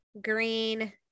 green